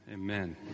Amen